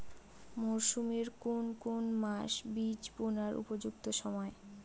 মরসুমের কোন কোন মাস বীজ বোনার উপযুক্ত সময়?